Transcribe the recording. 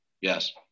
Yes